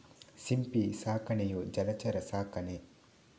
ಸಿಂಪಿ ಸಾಕಾಣಿಕೆಯು ಜಲಚರ ಸಾಕಣೆ